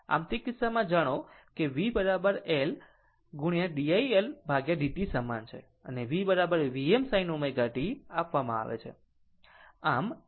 આમ તે કિસ્સામાં જાણો કે V L d iL dt સમાન છે અને V Vm sin ω t આપવામાં આવે છે